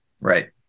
Right